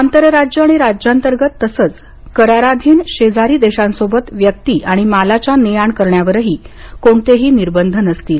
आंतरराज्य आणि राज्यांतर्गत तसंच कराराधीन शेजारी देशांसोबत व्यक्ति आणि मालाच्या ने आण करण्यावर कोणतेही निर्बंध नसतील